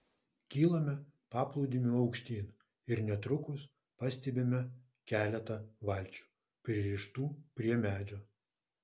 kylame paplūdimiu aukštyn ir netrukus pastebime keletą valčių pririštų prie medžio